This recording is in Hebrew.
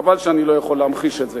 חבל שאני לא יכול להמחיש את זה.